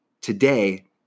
today